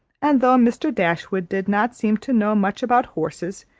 and though mr. dashwood did not seem to know much about horses,